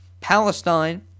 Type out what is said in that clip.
Palestine